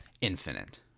infinite